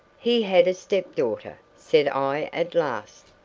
he had a step-daughter, said i at last.